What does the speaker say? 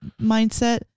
mindset